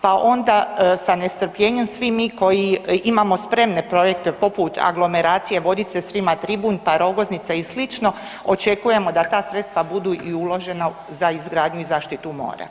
Pa onda sa nestrpljenjem svi mi koji imamo spremne projekte poput aglomeracije Vodice-Srima-Tribunj, pa Rogoznica i slično očekujemo da ta sredstva budu i uložena za izgradnju i zaštitu mora.